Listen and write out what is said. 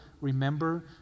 remember